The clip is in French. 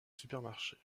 supermarché